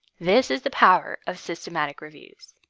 this is the power of systematic reviews.